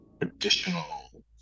additional